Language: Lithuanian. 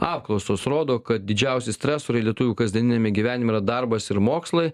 apklausos rodo kad didžiausi stresoriai lietuvių kasdieniniame gyvenime yra darbas ir mokslai